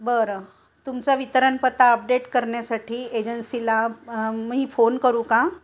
बरं तुमचा वितरणपत्ता अपडेट करण्यासाठी एजन्सीला मी फोन करू का